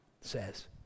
says